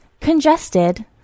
congested